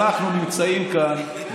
אנחנו נמצאים כאן,